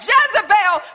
Jezebel